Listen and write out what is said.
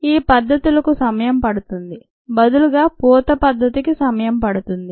ఈ పద్ధతులకు సమయం పడుతుంది బదులుగా పూత పద్ధతికి సమయం పడుతుంది